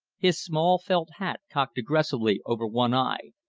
his small felt hat cocked aggressively over one eye,